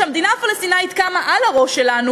שהמדינה הפלסטינית קמה על הראש שלנו